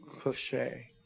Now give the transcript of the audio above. cliche